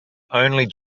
only